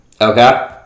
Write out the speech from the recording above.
Okay